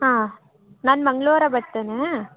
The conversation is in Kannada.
ಹಾಂ ನಾನು ಮಂಗ್ಳವಾರ ಬರ್ತೇನೆ